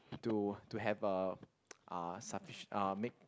to to have a uh make